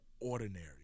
ordinary